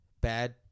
bad